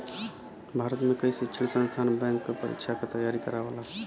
भारत में कई शिक्षण संस्थान बैंक क परीक्षा क तेयारी करावल